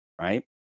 right